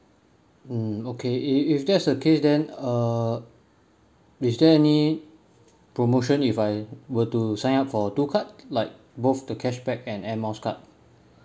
mm okay if if that's the case then uh is there any promotion if I were to sign up for two cards like both the cashback and and air miles card